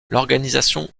l’organisation